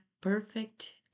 perfect